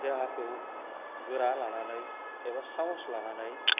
देहाखौ गोरा लानानै एबा साहस लानानै